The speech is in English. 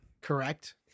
Correct